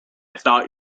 thought